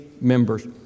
members